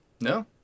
No